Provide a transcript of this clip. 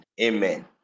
amen